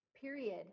period